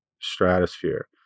stratosphere